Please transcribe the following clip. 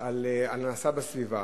על הנעשה בסביבה,